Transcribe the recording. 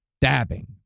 dabbing